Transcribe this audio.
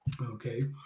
Okay